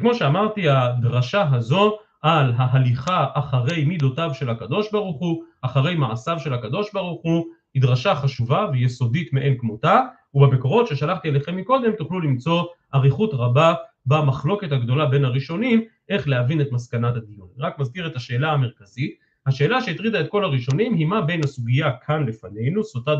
כמו שאמרתי, הדרשה הזו על ההליכה אחרי מידותיו של הקדוש ברוך הוא, אחרי מעשיו של הקדוש ברוך הוא, היא דרשה חשובה ויסודית מעין כמותה ובמקורות ששלחתי אליכם מקודם, תוכלו למצוא אריכות רבה במחלוקת הגדולה בין הראשונים, איך להבין את מסקנת הדיון. רק מזכיר את השאלה המרכזית, השאלה שהטרידה את כל הראשונים, היא מה בין הסוגיה כאן לפנינו, סוטת